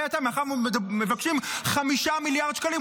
מבקשים 5 מיליארד שקלים,